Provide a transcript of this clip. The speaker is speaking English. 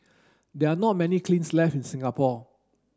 there are not many kilns left in Singapore